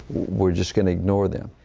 we're just going to ignore them.